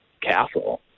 castle